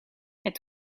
het